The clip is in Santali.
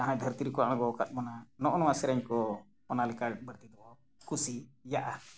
ᱡᱟᱦᱟᱸᱭ ᱫᱷᱟᱹᱨᱛᱤ ᱨᱮᱠᱚ ᱟᱬᱜᱚᱣ ᱠᱟᱫ ᱵᱚᱱᱟ ᱱᱚᱜᱼᱚ ᱱᱚᱣᱟ ᱥᱮᱨᱮᱧ ᱠᱚ ᱚᱱᱟ ᱞᱮᱠᱟ ᱵᱟᱹᱲᱛᱤ ᱫᱚᱵᱚᱱ ᱠᱩᱥᱤᱭᱟᱜᱼᱟ